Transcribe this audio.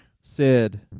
Sid